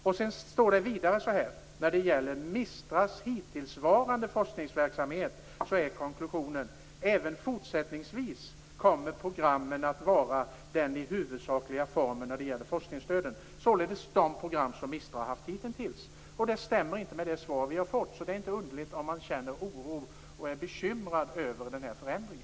Vidare står det: När det gäller MISTRA:s hittillsvarande forskningsverksamhet är konklusionen att även fortsättningsvis kommer programmen att vara den huvudsakliga formen när det gäller forskningsstöden. Det är således de program som MISTRA har haft hittintills. Det stämmer inte med det svar vi har fått. Det är inte underligt om man känner oro och är bekymrad över den här förändringen.